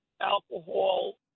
alcohol